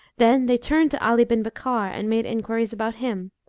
then they turned to ali bin bakkar and made enquiries about him,